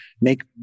make